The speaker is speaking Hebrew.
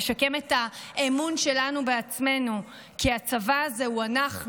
משקם את האמון שלנו בעצמנו כי הצבא הזה הוא אנחנו,